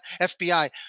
FBI